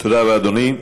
תודה רבה, אדוני.